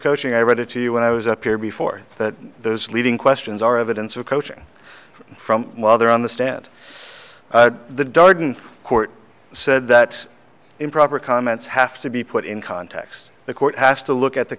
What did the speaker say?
coaching i read it to you when i was up here before that those leading questions are evidence of coaching from mother on the stand the dardenne court said that improper comments have to be put in context the court has to look at the